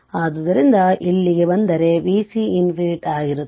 ಆದ್ದರಿಂದ ಇಲ್ಲಿಗೆ ಬಂದರೆ vc ∞ ಆಗಿರುತ್ತದೆ